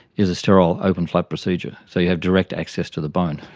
is a sterile open flap procedure. so you have direct access to the bone.